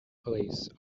police